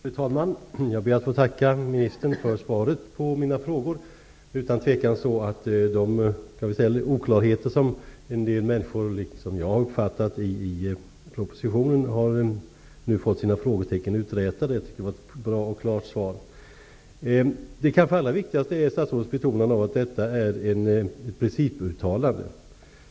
Fru talman! Jag ber att få tacka utbildningsministern för svaret på mina frågor. Det är utan tvekan så att de oklarheter som en del människor, liksom jag, har uppfattat har funnits i propositionen nu har fått sina frågetecken uträtade. Jag tycker att det var ett bra och klart svar. Det kanske allra viktigaste är statsrådets betonande av att detta är ett principuttalande.